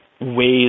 ways